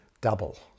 double